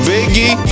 Biggie